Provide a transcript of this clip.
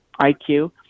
IQ